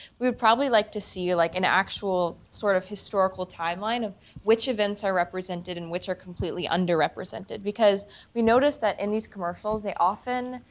we would probably like to see like an actual sort of historical timeline of which events are represented and which are completely underrepresented because we noticed that in these commercials, they often,